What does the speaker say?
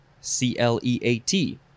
C-L-E-A-T